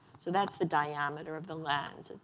so that's the diameter of the lens. and